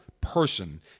person